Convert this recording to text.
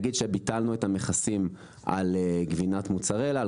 ביטלנו את המכסים על גבינת מוצרלה,